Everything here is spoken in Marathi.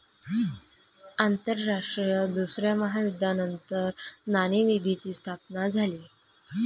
आंतरराष्ट्रीय दुसऱ्या महायुद्धानंतर नाणेनिधीची स्थापना झाली